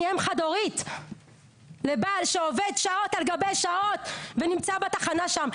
אני אם חד-הורית לבעל שעובד שעות על גבי שעות ונמצא בתחנה שם,